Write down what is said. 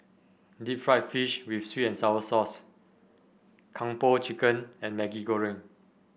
Deep Fried Fish with sweet and sour sauce Kung Po Chicken and Maggi Goreng